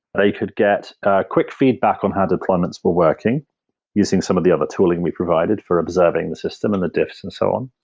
they could get quick feedback on how deployments were working using some of the other tooling we provided for observing the system and the diffs and so on.